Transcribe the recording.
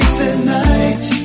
tonight